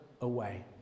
away